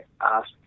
ask